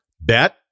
bet